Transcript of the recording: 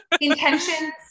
intentions